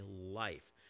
life